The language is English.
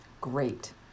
Great